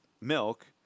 milk